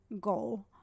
goal